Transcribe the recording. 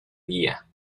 guía